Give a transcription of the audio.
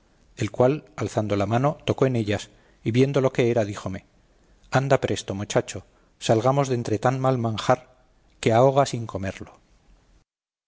el cual alzando la mano tocó en ellas y viendo lo que era díjome anda presto mochacho salgamos de entre tan mal manjar que ahoga sin comerlo